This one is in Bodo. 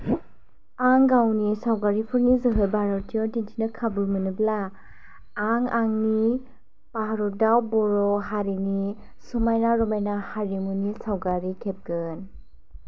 आं गावनि सावगारिफोरनि जोहै भारतिय दिन्थिनो खाबु मोनोब्ला आं आंनि भारतआव बर' हारिनि समायना रमायना हारिमुनि सावगारि खेबगोन